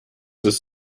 ist